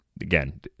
Again